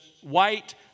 white